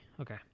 Okay